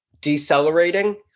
decelerating